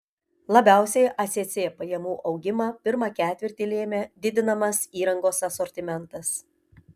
labiausiai acc pajamų augimą pirmą ketvirtį lėmė didinamas įrangos asortimentas